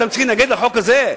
אתם צריכים להתנגד לחוק הזה?